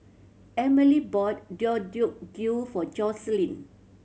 Emilie bought Deodeok Gui for Jocelyn